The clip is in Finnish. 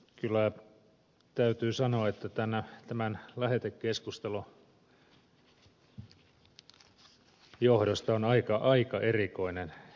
kyllä täytyy sanoa että tämän lähetekeskustelun johdosta on aika erikoinen tunne